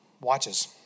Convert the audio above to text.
watches